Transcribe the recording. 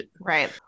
right